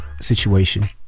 situation